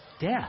Death